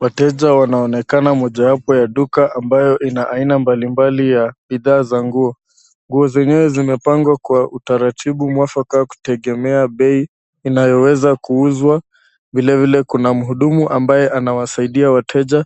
Wateja wanaonekana mojawapo ya duka ambayo ina aina mbalimbali ya bidhaa za nguo. Nguo zenyewe zimepangwa kwa utaratibu mwafaka kutegemea bei inayoweza kuuzwa. Vilevile kuna mhudumu ambaye anawasadia wateja